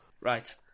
Right